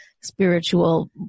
spiritual